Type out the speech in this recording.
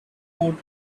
mood